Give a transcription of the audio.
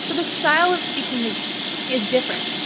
so the style of speaking is is different.